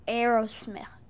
Aerosmith